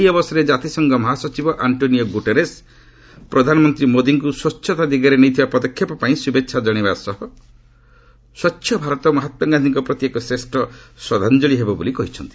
ଏହି ଅବସରରେ କାତିସଂଘ ମହାସଚିବ ଆଣ୍ଟ୍ରୋନିଓ ଗୁଟରେସ୍ ପ୍ରଧାନମନ୍ତ୍ରୀ ମୋଦିଙ୍କୁ ସ୍ୱଚ୍ଚତା ଦିଗରେ ନେଇଥିବା ପଦକ୍ଷେପ ପାଇଁ ଶୁଭେଚ୍ଛା ଜଣାଇବା ସହ ସ୍ୱଚ୍ଛ ଭାରତ ମହାତ୍ମାଗାନ୍ଧିଙ୍କ ପ୍ରତି ଏକ ଶ୍ରେଷ୍ଠ ଶ୍ରଦ୍ଧାଞ୍ଚଳି ହେବ ବୋଲି କହିଛନ୍ତି